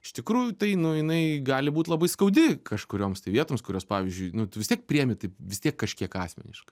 iš tikrųjų tai nu jinai gali būt labai skaudi kažkurioms tai vietoms kurios pavyzdžiui nu tu vis tiek priimi taip vis tiek kažkiek asmeniškai